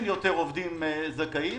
עובדים זכאים,